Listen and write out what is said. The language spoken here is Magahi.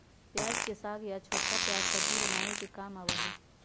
प्याज के साग या छोटका प्याज सब्जी बनावे के काम आवा हई